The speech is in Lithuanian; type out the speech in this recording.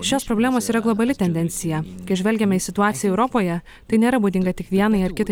šios problemos yra globali tendencija kai žvelgiame į situaciją europoje tai nėra būdinga tik vienai ar kitai